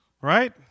right